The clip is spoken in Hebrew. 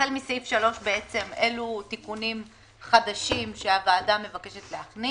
החל מסעיף 3 אלו תיקונים חדשים שהוועדה מבקשת להכניס.